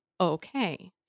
okay